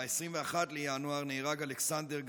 ב-21 בינואר נהרג אלכסנדר גרנדינרו,